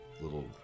little